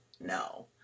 no